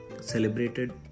celebrated